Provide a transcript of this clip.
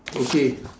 okay